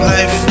Life